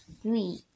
three